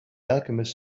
alchemist